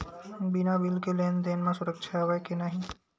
बिना बिल के लेन देन म सुरक्षा हवय के नहीं?